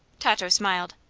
tato smiled.